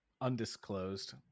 undisclosed